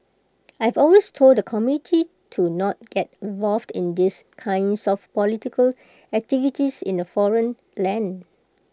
I've always told the community to not get involved in these kinds of political activities in A foreign land